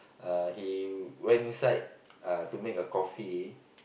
uh he went inside uh to make a coffee